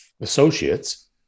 associates